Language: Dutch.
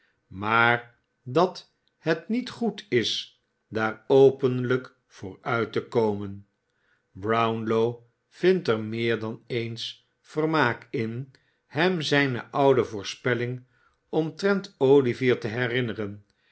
maar dat het niet goed is daar openlijk voor uit te komen brownlow vind er meer dan eens vermaak in hem zijne oude voorspelling omtrent olivier te herinneren